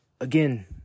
again